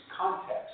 context